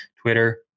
twitter